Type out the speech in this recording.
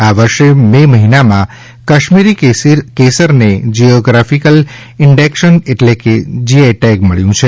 આ વર્ષે મે મહિનામાં કાશ્મીરી કેસરને જીઓગ્રાફીકલ ઇન્ડીકેશન એટલે કે જીઆઇટેગ મળ્યુ છે